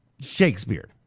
Shakespeare